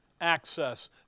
Access